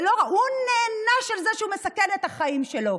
והוא נענש על זה שהוא מסכן את החיים שלו.